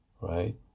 right